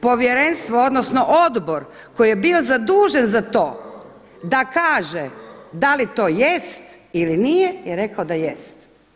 Povjerenstvo odnosno Odbor koji je bio zadužen za to da kaže da li to jest ili nije, je rekao da jest.